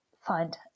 find